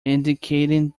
indicating